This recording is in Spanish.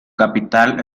capital